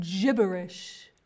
Gibberish